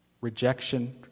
rejection